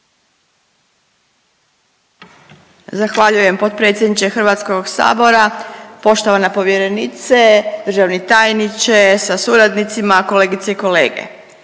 Zahvaljujem potpredsjedniče Hrvatskog sabora, poštovana povjerenice, državni tajniče sa suradnicima, kolegice i kolege.